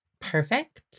Perfect